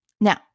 Now